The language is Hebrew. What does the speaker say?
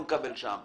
לא מקבל שם.